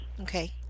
Okay